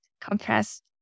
compressed